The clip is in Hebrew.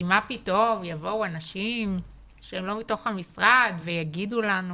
כי מה פתאום יבואו אנשים שהם לא מתוך המשרד ויגידו לנו,